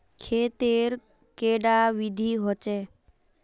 खेत तेर कैडा विधि होचे?